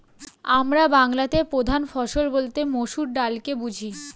আমরা বাংলাতে প্রধান ফসল বলতে মসুর ডালকে বুঝি